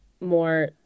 more